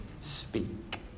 speak